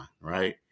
right